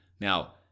Now